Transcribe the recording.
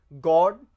God